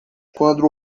quando